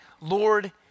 Lord